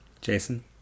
Jason